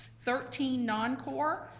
thirteen non-core,